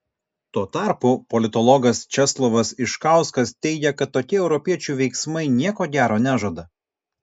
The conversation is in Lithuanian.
tuo tarpu politologas česlovas iškauskas teigia kad tokie europiečių veiksmai nieko gero nežada